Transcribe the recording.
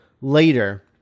later